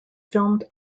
filmed